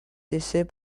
décès